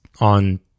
on